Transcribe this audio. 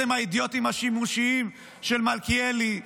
אתם האידיוטים השימושיים של מלכיאלי,